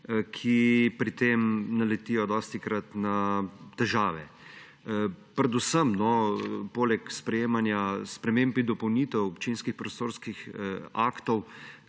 ki pri tem naletijo dostikrat na težave, poleg sprejemanja sprememb in dopolnitev občinskih prostorskih aktov,